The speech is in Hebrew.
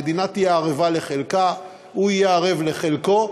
המדינה תהיה ערבה לחלקה, והוא יהיה ערב לחלקו.